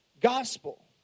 gospel